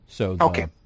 Okay